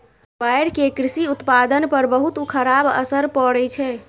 बाढ़ि के कृषि उत्पादन पर बहुत खराब असर पड़ै छै